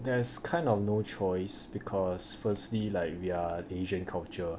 there's kind of no choice because firstly like we're asian culture